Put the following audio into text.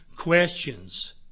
questions